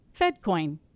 FedCoin